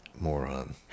moron